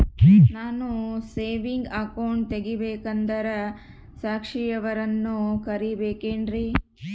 ನಾನು saving account ತೆಗಿಬೇಕಂದರ ಸಾಕ್ಷಿಯವರನ್ನು ಕರಿಬೇಕಿನ್ರಿ?